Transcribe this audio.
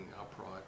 upright